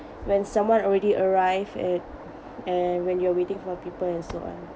when someone already arrive at and when you're waiting for people and so on